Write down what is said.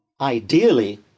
ideally